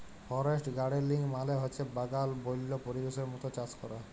forest গাড়েলিং মালে হছে বাগাল বল্য পরিবেশের মত চাষ ক্যরা